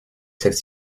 celle